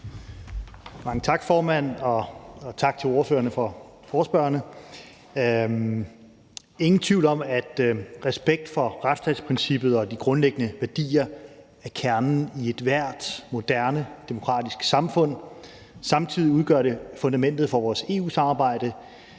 Mange tak, formand. Og tak til ordføreren for forespørgerne. Der er ingen tvivl om, at respekt for retsstatsprincippet og de grundlæggende værdier er kernen i ethvert moderne demokratisk samfund. Samtidig udgør det fundamentet for vores EU-samarbejde.